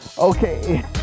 Okay